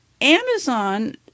Amazon